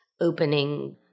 opening